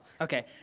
okay